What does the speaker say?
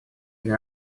для